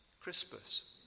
Crispus